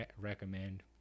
recommend